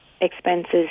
expenses